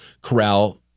corral